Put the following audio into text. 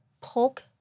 poke